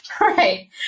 Right